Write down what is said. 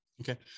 okay